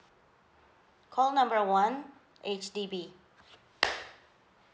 call number one H_D_B